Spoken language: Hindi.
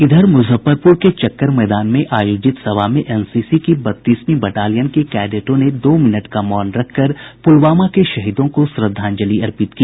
इधर मुजफ्फरपुर के चक्कर मैदान में आयोजित सभा में एनसीसी की बत्तीसवीं बटालियन के कैडेटों ने दो मिनट का मौन रखकर प्रलवामा के शहीदों को श्रद्धांजलि अर्पित की